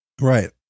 Right